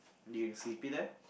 do you in sleepy there